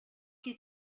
qui